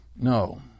No